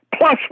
plus